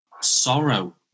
sorrow